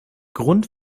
grund